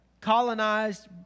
colonized